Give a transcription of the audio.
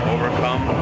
Overcome